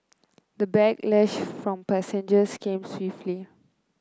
the backlash from passengers came swiftly